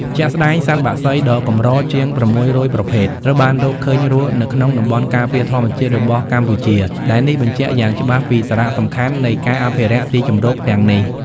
ជាក់ស្តែង សត្វបក្សីដ៏កម្រជាង ៦០០ ប្រភេទ ត្រូវបានរកឃើញរស់នៅក្នុងតំបន់ការពារធម្មជាតិរបស់កម្ពុជា ដែលនេះបញ្ជាក់យ៉ាងច្បាស់ពីសារៈសំខាន់នៃការអភិរក្សទីជម្រកទាំងនេះ។